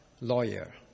lawyer